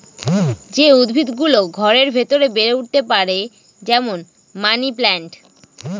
যে উদ্ভিদ গুলো ঘরের ভেতরে বেড়ে উঠতে পারে, যেমন মানি প্লান্ট